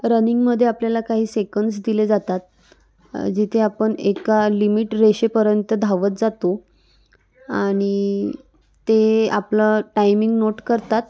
रनिंगमध्ये आपल्याला काही सेकंद्स दिले जातात जिथे आपण एका लिमिट रेषेपर्यंत धावत जातो आणि ते आपलं टायमिंग नोट करतात